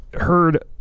heard